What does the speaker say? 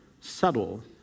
subtle